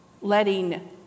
letting